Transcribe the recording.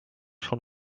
schon